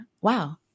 wow